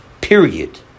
period